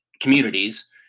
communities